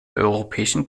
europäischen